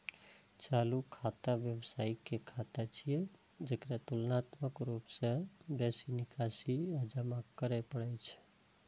चालू खाता व्यवसायी के खाता छियै, जेकरा तुलनात्मक रूप सं बेसी निकासी आ जमा करै पड़ै छै